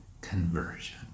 conversion